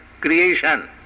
creation